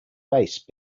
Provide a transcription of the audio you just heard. face